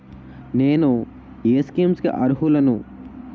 నేను ఏ స్కీమ్స్ కి అరుహులను?